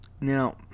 Now